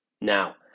Now